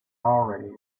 already